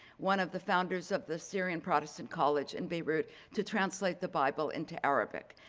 one of the founders of the syrian protestant college in beirut to translate the bible into arabic.